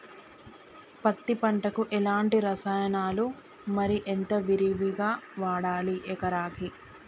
పత్తి పంటకు ఎలాంటి రసాయనాలు మరి ఎంత విరివిగా వాడాలి ఎకరాకి?